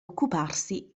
occuparsi